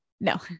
No